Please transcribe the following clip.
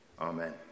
amen